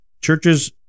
churches